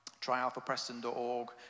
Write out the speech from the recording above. tryalphapreston.org